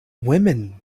women